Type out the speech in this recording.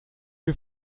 que